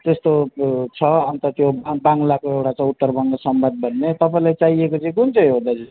त्यस्तो छ अन्त त्यो बंगलाको एउटा उत्तर बङ्ग संवाद भन्ने तपाईँलाई चाहिएको चाहिँ कुन चाहिँ हो दाजु